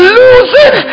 losing